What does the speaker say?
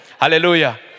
Hallelujah